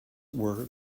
were